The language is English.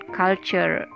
culture